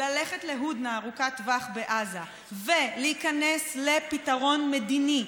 ללכת להודנה ארוכת טווח בעזה ולהיכנס לפתרון מדיני,